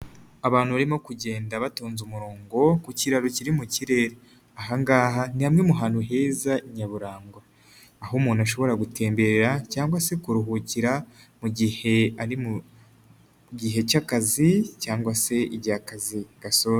Abantu barimo kugenda batonnda umurongo ku kiraro kiri mu kirere, aha ngaha ni hamwe mu hantu heza nyaburanga, aho umuntu ashobora gutemberere cyangwa se kuruhukira, mu gihe ari mu gihe cy'akazi cyangwa se igihe akazi gasojwe.